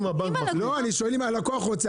אני שואל אם הלקוח רוצה,